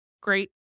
Great